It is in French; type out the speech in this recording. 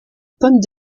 pommes